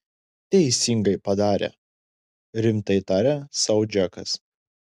teisingai padarė rimtai tarė sau džekas